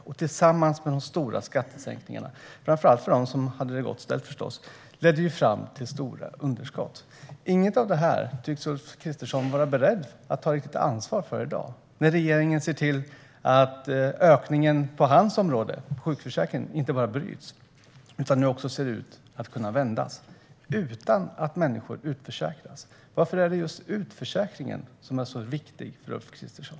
Detta tillsammans med de stora skattesänkningarna, framför allt för dem som hade det gott ställt, ledde fram till stora underskott. Inget av detta tycks Ulf Kristersson vara beredd att riktigt ta ansvar för i dag. Regeringen ser till att ökningen på hans område, sjukförsäkringen, inte bara bryts utan nu också ser ut att kunna vändas utan att människor utförsäkras. Varför är just utförsäkringen så viktig för Ulf Kristersson?